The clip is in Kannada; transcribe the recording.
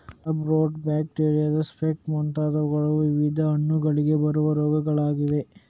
ಕ್ಲಬ್ ರೂಟ್, ಬ್ಯಾಕ್ಟೀರಿಯಾದ ಸ್ಪೆಕ್ ಮುಂತಾದವುಗಳು ವಿವಿಧ ಹಣ್ಣುಗಳಿಗೆ ಬರುವ ರೋಗಗಳಾಗಿವೆ